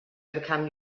overcome